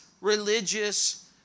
religious